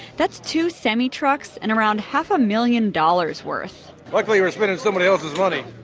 that's two semi trucks and around half a million dollars worth. luckily we're spending someone else's money!